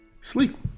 sleep